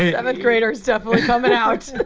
ah seventh graders definitely coming out